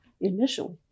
initially